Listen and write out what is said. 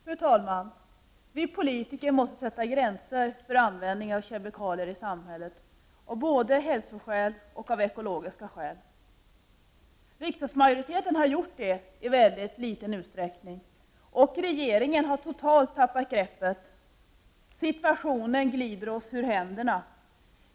Fru talman! Vi politiker måste sätta gränser för användningen av kemikalier i samhället av både hälsoskäl och ekologiska skäl. Riksdagsmajoriteten har gjort det i mycket liten utsträckning, och regeringen har totalt tappat greppet. Situationen glider oss ur händerna.